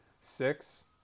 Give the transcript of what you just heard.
six